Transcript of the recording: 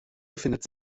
befindet